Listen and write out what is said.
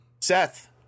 Seth